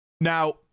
Now